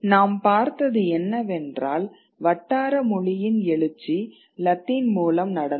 நாம் பார்த்தது என்னவென்றால் வட்டாரமொழியின் எழுச்சி லத்தீன் மூலம் நடந்தது